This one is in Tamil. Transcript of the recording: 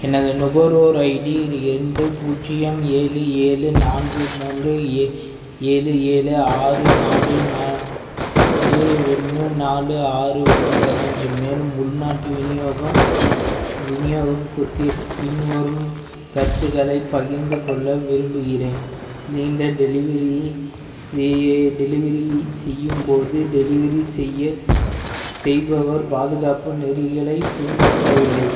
எனது நுகர்வோர் ஐடி இரண்டு பூஜ்ஜியம் ஏழு ஏழு நான்கு மூன்று ஏ ஏழு ஏழு ஆறு நாலு நாலு ஒன்று நாலு ஆறு ஒன்று பதினஞ்சு மேலும் உள்நாட்டு விநியோகம் விநியோகம் குறித்து பின்வரும் கருத்துக்களைப் பகிர்ந்து கொள்ள விரும்புகிறேன் சிலிண்டர் டெலிவரி செய் டெலிவரி செய்யும் போது டெலிவரி செய்ய செய்பவர் பாதுகாப்பு நெறிகளைப் பின்பற்றவில்லை